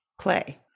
play